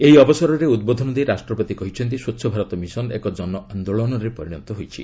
ଏହି ଅବସରରେ ଉଦ୍ବୋଧନ ଦେଇ ରାଷ୍ଟ୍ରପତି କହିଛନ୍ତି ସ୍ୱଚ୍ଛ ଭାରତ ମିଶନ୍ ଏକ ଜନ ଆନ୍ଦୋଳନରେ ପରିଣତ ହୋଇଛି